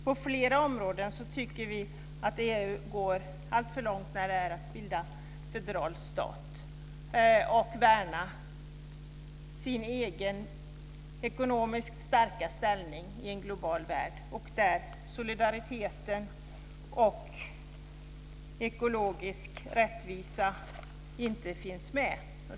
På flera områden går EU alltför långt med att bilda en federal stat. Man värnar sin egen ekonomiskt starka ställning i en global värld. Solidariteten och den ekologiska rättvisan finns inte med.